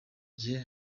gihe